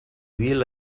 vil